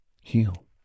heal